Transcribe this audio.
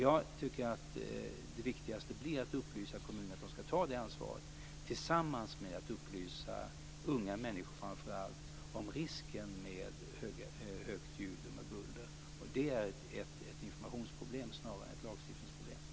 Jag tycker att det viktigaste blir att upplysa kommunerna om att de ska ta det ansvaret. Dessutom ska vi upplysa unga människor framför allt om risken med högt ljud och buller. Det är ett informationsproblem snarare än ett lagstiftningsproblem.